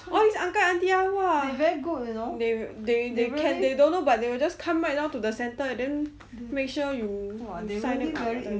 all these uncle auntie ah they they can they don't know but they will come right down to the centre and then make sure you sign 那个 letter